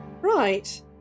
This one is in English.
Right